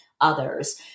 others